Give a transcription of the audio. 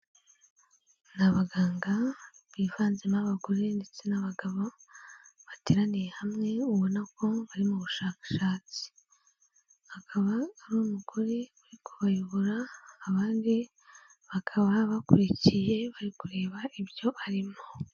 Ni abaganga bivanze n'abagore ndetse n'abagabo bateraniye hamwe ubona ko bari mu bushakashatsi, akaba ari umugore uri kubayobora, abandi bakaba bakurikiye bari kureba ibyo arimo.